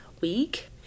week